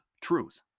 truth